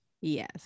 yes